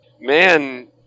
man